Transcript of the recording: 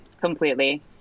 Completely